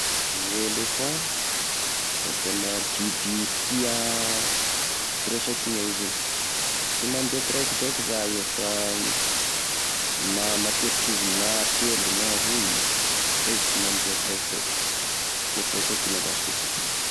Ny elephant da tena, biby tia firaisan-kina izy io, sy mandeha kiraikidraiky za io fa, matetika izy na telo, na roy, fa izy sy mandeha kiraikidraiky, tia firaisankina zasy izy io.